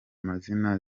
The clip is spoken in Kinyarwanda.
mazina